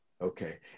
Okay